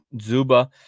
Zuba